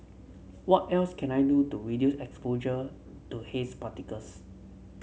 what else can I do to reduce exposure to haze particles